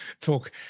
talk